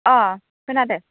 अ' खोनादों